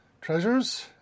treasures